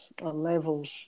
levels